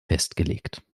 festgelegt